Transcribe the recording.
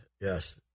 yes